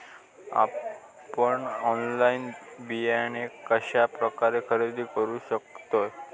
आपन ऑनलाइन बियाणे कश्या प्रकारे खरेदी करू शकतय?